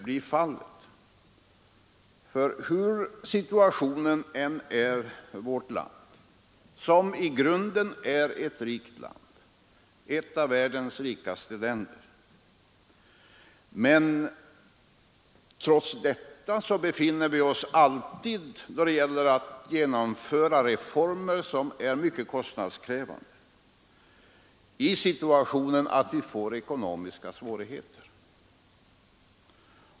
Hurudan situationen än är i vårt land — som i grunden är ett rikt land, ett av världens rikaste länder — befinner vi oss alltid då det gäller att genomföra reformer som är mycket kostnadskrävande i den situationen att vi får ekonomiska svårigheter.